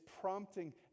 prompting